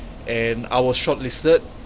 and I was shortlisted